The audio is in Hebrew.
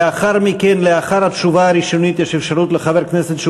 לאחר התשובה הראשונית יש אפשרות לחבר כנסת או